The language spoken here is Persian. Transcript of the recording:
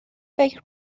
فکر